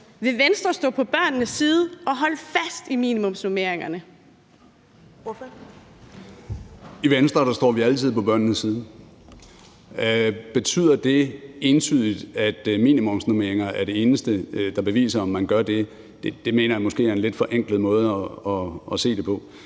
Ellemann) : Ordføreren. Kl. 10:54 Jakob Ellemann-Jensen (V) : I Venstre står vi altid på børnenes side. Betyder det entydigt, at minimumsnormeringer er det eneste, der beviser, at man gør det? Det mener jeg måske er en lidt forenklet måde at se det på.